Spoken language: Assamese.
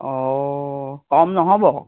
অঁ কম নহ'ব